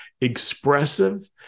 expressive